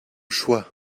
choix